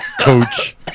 Coach